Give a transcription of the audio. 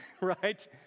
right